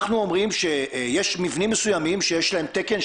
אנחנו אומרים שיש מבנים מסוימים שיש להם תקן,